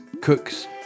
cooks